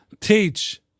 teach